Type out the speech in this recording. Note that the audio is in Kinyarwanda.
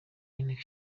y’inteko